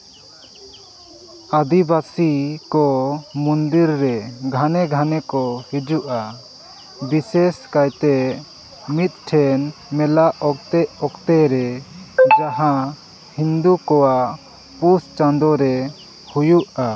ᱟᱹᱫᱤᱵᱟᱹᱥᱤ ᱠᱚ ᱢᱩᱱᱫᱤᱨ ᱨᱮ ᱜᱷᱟᱱᱮ ᱜᱷᱟᱱᱮ ᱠᱚ ᱦᱤᱡᱩᱜᱼᱟ ᱵᱤᱥᱮᱥ ᱠᱟᱭᱛᱮ ᱢᱤᱫᱴᱮᱱ ᱢᱮᱞᱟ ᱚᱠᱛᱮ ᱚᱠᱛᱮ ᱨᱮ ᱡᱟᱦᱟᱸ ᱦᱤᱱᱫᱩ ᱠᱚᱣᱟᱜ ᱯᱩᱥ ᱪᱟᱸᱫᱳ ᱨᱮ ᱦᱩᱭᱩᱜᱼᱟ